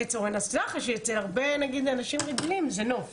שאצל הרבה אנשים רגילים זה נוף.